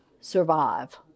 survive